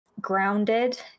grounded